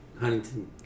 Huntington